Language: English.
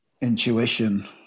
intuition